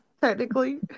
Technically